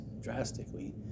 drastically